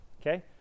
Okay